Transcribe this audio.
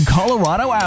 Colorado